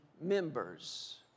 members